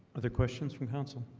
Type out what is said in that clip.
other questions from council